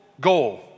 goal